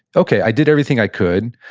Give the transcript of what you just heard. okay, i did everything i could.